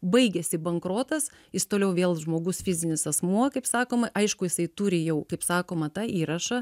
baigiasi bankrotas jis toliau vėl žmogus fizinis asmuo kaip sakoma aišku jisai turi jau kaip sakoma tą įrašą